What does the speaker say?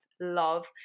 love